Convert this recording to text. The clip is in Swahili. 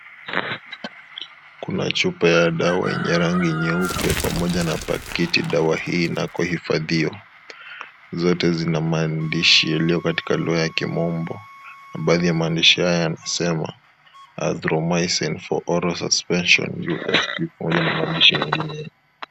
Kuna chupa ya dawa yenye rangi nyeupe pamoja na pakitidawa dawa hii inakohifadhiwa. Zote zina maandishi yalio katika lugha ya kimombo na baadhi ya maandishi haya yanasema azithromycin for oral suspension, USP .